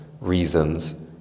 reasons